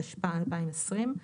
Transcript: התשפ"א-2020,